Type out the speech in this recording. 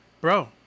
bro